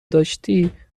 داشتی